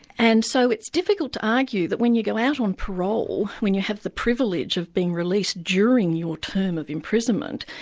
and so it's difficult to argue that when you go out on parole, when you have the privilege of being released during your term of imprisonment,